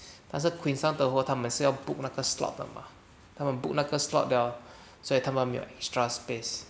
但是 queenstown tower 他们是要 book 那个 slot 的 mah 他们 book 那个 slot liao 所以他们没有 extra space 只是 use for 他们自己的 training 所以你只是